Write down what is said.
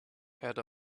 had